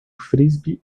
frisbee